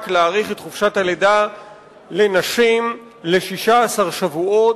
להאריך את חופשת הלידה לנשים ל-16 שבועות.